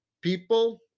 people